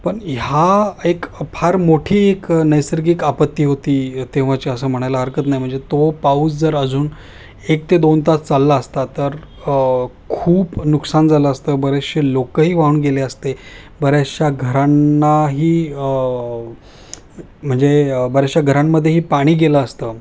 पण ह्या एक फार मोठी एक नैसर्गिक आपत्ती होती तेव्हाची असं म्हणायला हरकत नाही म्हणजे तो पाऊस जर अजून एक ते दोन तास चालला असता तर खूप नुकसान झालं असतं बरेचसे लोकही वाहून गेले असते बऱ्याचशा घरांनाही म्हणजे बऱ्याचशा घरांमध्येही पाणी गेलं असतं